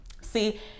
See